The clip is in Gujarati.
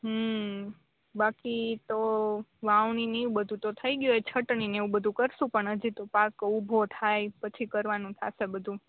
હં બાકી તો વાવણીને એવું બધુ તો થઈ ગયું હવે છટણી ને એવું બધુ કરશું પણ હજી તો પાક ઊભો થાય પછી કરવાનું થશે બધું